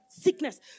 Sickness